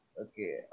Okay